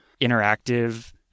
interactive